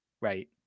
right